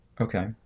Okay